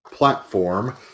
platform